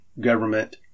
government